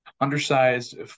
undersized